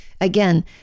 Again